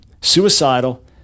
suicidal